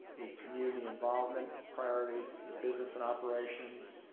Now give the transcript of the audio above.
the community involvement, priorities, the business and operations,